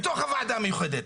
אדוני היו"ר,